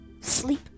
sleep